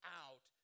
out